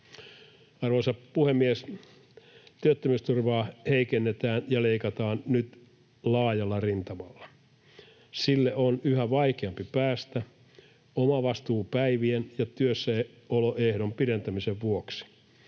Arvoisa puhemies! Työttömyysturvaa heikennetään ja leikataan nyt laajalla rintamalla. Sille on yhä vaikeampi päästä omavastuupäivien ja työssäoloehdon pidentämisen vuoksi.